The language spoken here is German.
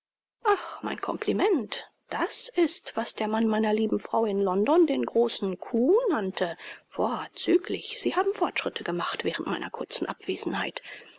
ach mein compliment das ist was der mann meiner lieben frau in london den großen coup nannte vorzüglich sie haben fortschritte gemacht während meiner kurzen abwesenheit